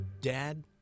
Dad